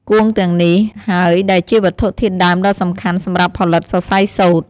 គួងទាំងនេះហើយដែលជាវត្ថុធាតុដើមដ៏សំខាន់សម្រាប់ផលិតសរសៃសូត្រ។